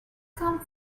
come